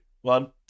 one